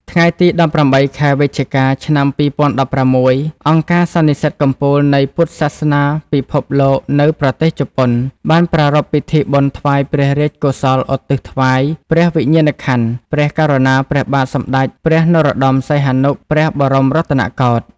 ថ្ងៃទី១៨ ខែវិច្ឆិកា ឆ្នាំ២០១៦ អង្គការសន្និសីទកំពូលនៃពុទ្ធសាសនាពិភពលោកនៅប្រទេសជប៉ុន បានប្រារព្ធពិធីបុណ្យថ្វាយព្រះរាជកុសលឧទ្ទិសថ្វាយព្រះវិញ្ញាណក្ខន្ធព្រះករុណាព្រះបាទសម្ដេចព្រះនរោត្ដម សីហនុ ព្រះបរមរតនកោដ្ឋ។